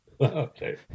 Okay